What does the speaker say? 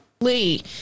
lee